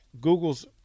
google's